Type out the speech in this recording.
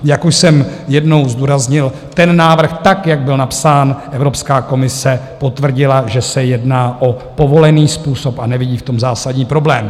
Jak už jsem jednou zdůraznil, ten návrh, jak byl napsán, Evropská komise potvrdila, že se jedná o povolený způsob, a nevidí v tom zásadní problém.